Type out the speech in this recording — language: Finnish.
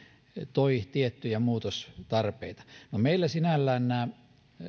toi tiettyjä muutostarpeita no meillä sinällään nämä